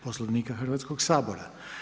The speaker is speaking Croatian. Poslovnika Hrvatskoga sabora.